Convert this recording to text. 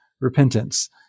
repentance